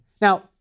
Now